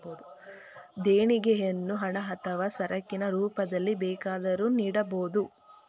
ದೇಣಿಗೆಯನ್ನು ಹಣ ಅಥವಾ ಸರಕಿನ ರೂಪದಲ್ಲಿ ಬೇಕಾದರೂ ನೀಡಬೋದು